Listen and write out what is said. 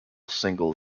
single